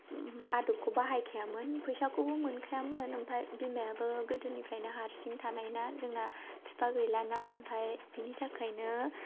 आदबखौ बाहायखायामोन फैसाखौबो मोनखायामोन ओमफाय बिमायाबो गोदोनिफ्रायनो हारिसं थानायना जोंना बिफा गैलाना ओमफाय बिनि थाखायनो